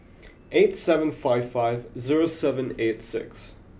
eight seven five five zero seven eight six